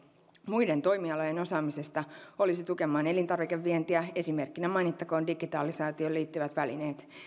muiden toimialojen osaamisesta olisi tukemaan elintarvikevientiä esimerkkinä mainittakoon digitalisaatioon liittyvät välineet